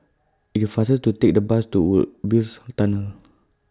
IT IS faster to Take The Bus to Woodsville's Tunnel